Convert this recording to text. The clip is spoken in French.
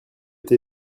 thé